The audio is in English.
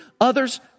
Others